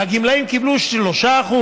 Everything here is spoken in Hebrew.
והגמלאים קיבלו 3%,